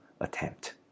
attempt